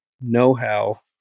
know-how